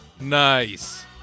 nice